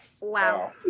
Wow